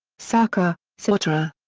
sarkar, sahotra.